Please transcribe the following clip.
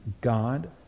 God